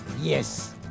yes